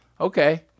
okay